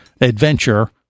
adventure